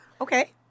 Okay